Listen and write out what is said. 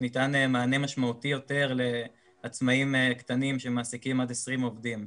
ניתן מענה משמעותי יותר לעצמאים קטנים שמעסיקים עד 20 עובדים.